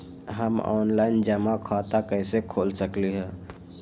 हम ऑनलाइन जमा खाता कईसे खोल सकली ह?